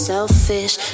Selfish